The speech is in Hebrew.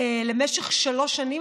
למשך שלוש שנים,